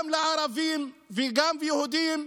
גם לערבים וגם ליהודים,